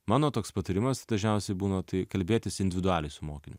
mano toks patarimas dažniausiai būna tai kalbėtis individualiai su mokiniu